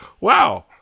Wow